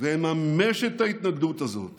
ואממש את ההתנגדות הזאת